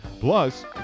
Plus